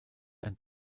ein